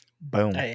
boom